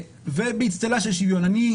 ובאצטלה של שוויון אני,